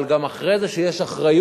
אבל גם אחרי זה, כשיש אחריות,